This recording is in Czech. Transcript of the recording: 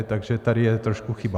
Takže tady je trošku chyba.